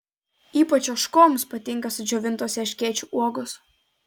ypač ožkoms patinka sudžiovintos erškėčių uogos